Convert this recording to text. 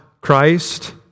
Christ